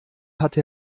hatte